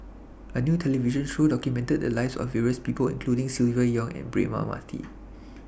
A New television Show documented The Lives of various People including Silvia Yong and Braema Mathi